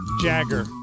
Jagger